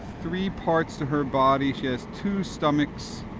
three parts to her body, she has two stomachs,